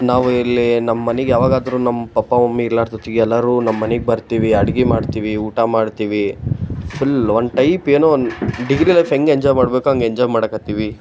ನಾವು ಇಲ್ಲಿ ನಮ್ಮ ಮನಿಗೆ ಯಾವಾಗಾದರು ನಮ್ಮ ಪಪ್ಪಾ ಮಮ್ಮಿ ಇರ್ಲಾರ್ದ ಹೊತ್ತಿಗೆ ಎಲ್ಲಾರೂ ನಮ್ಮ ಮನಿಗೆ ಬರ್ತೀವಿ ಅಡಿಗೆ ಮಾಡ್ತೀವಿ ಊಟ ಮಾಡ್ತೀವಿ ಫುಲ್ ಒಂದು ಟೈಪೇನೋ ಒಂದು ಡಿಗ್ರಿ ಲೈಫ್ ಹೆಂಗೆ ಎಂಜಾಯ್ ಮಾಡ್ಬೇಕೊ ಹಂಗೆ ಎಂಜಾಯ್ ಮಾಡಕ್ಕ ಹತ್ತಿವಿ